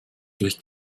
durch